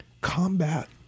combat